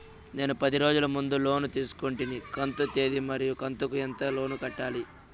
నేను పది రోజుల ముందు లోను తీసుకొంటిని కంతు తేది మరియు కంతు కు ఎంత లోను కట్టాలి?